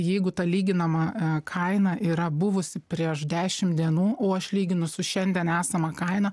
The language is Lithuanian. jeigu ta lyginama kaina yra buvusi prieš dešim dienų o aš lyginu su šiandien esama kaina